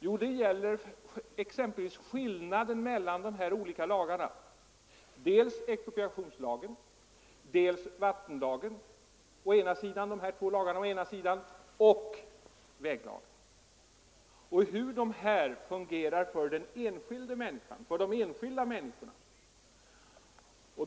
Jo, den gäller skillnaden mellan exempelvis expropriationslagen och vattenlagen å ena sidan och väglagen å andra sidan, den gäller hur dessa lagar tillvaratar den enskilda människans rätt.